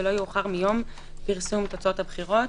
ולא יאוחר מיום פרסום תוצאות הבחירות".